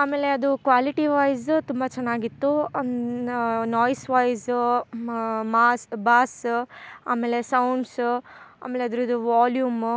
ಆಮೇಲೆ ಅದು quality wise ತುಂಬ ಚೆನ್ನಾಗಿತ್ತು ನೋಯ್ಸ್ ವೈಸ್ ಮಾಸ್ ಬಾಸ್ ಆಮೇಲೆ ಸೌಂಡ್ಸು ಆಮೇಲೆ ಅದರದು ವಾಲ್ಯೂಮು